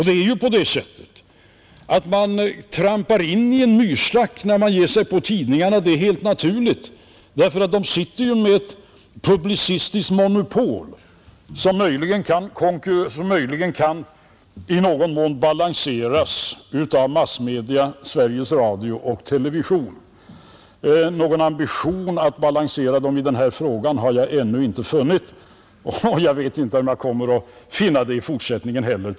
Det är ju på det sättet att man trampar in i en myrstack när man ger sig på tidningarna, Det är helt naturligt därför att de sitter ju med ett publicistmonopol som möjligen i någon mån kan balanseras utav massmedia radio och TV. Någon ambition att balansera dem i denna fråga har jag ännu inte funnit och jag vet inte om jag kommer att finna det i fortsättningen heller.